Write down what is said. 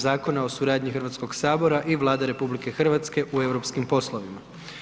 Zakona o suradnji Hrvatskog sabora i Vlade RH u europskim poslovima.